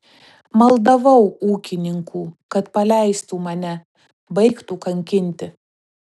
maldavau ūkininkų kad paleistų mane baigtų kankinti